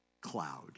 cloud